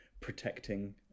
protecting